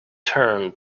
turn